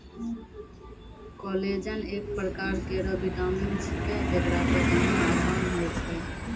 collagen एक परकार केरो विटामिन छिकै, जेकरा पचाना आसान होय छै